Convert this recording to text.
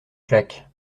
claque